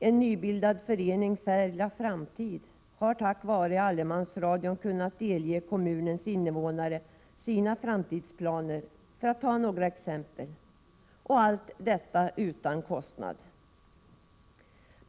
En nybildad förening, Färilas Framtid, har tack vare allemansradion kunnat delge kommunens invånare sina framtidsplaner, för att ta några exempel. Allt detta har skett utan kostnad.